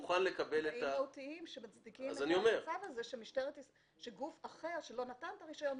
עניינים מהותיים שמצדיקים את המצב הזה שגוף אחר שלא נתן את הרישיון,